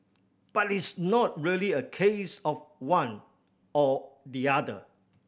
but it's not really a case of one or the other